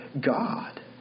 God